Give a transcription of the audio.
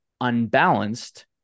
unbalanced